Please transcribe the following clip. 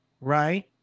right